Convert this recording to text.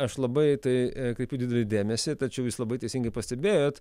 aš labai tai kreipiu didelį dėmesį tačiau jūs labai teisingai pastebėjot